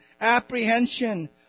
apprehension